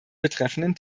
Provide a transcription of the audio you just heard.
betreffenden